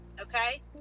okay